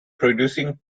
producing